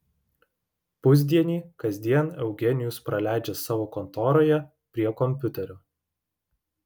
pusdienį kasdien eugenijus praleidžia savo kontoroje prie kompiuterio